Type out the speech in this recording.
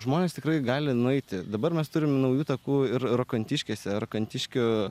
žmonės tikrai gali nueiti dabar mes turim naujų takų ir rokantiškėse rokantiškių